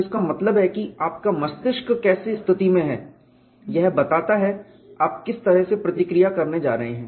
तो इसका मतलब है कि आपका मस्तिष्क कैसी स्थिति में है यह बताता है आप किस तरह से प्रतिक्रिया करने जा रहे हैं